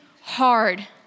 hard